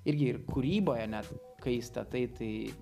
irgi ir kūryboje net kaista tai tai